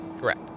Correct